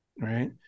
Right